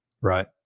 Right